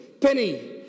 Penny